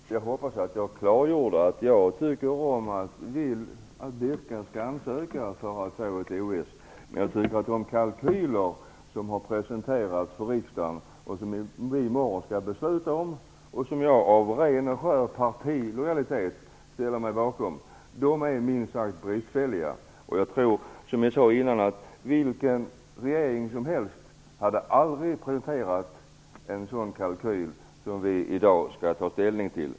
Herr talman! Jag hoppas att jag klargjorde att också jag vill att Birka skall ansöka om att få OS, men jag tycker att de kalkyler som har presenterats för riksdagen och som vi i morgon skall besluta om, vilka jag ställer mig bakom av ren och skär partilojalitet, minst sagt är bristfälliga. Jag tror inte att någon regering under normala förhållanden hade presenterat en sådan kalkyl som den vi nu skall ta ställning till.